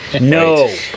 No